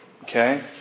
Okay